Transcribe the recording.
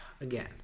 again